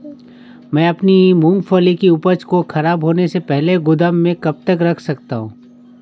मैं अपनी मूँगफली की उपज को ख़राब होने से पहले गोदाम में कब तक रख सकता हूँ?